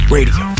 Radio